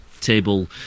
table